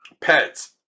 Pets